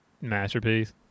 masterpiece